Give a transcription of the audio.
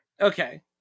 Okay